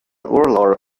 urlár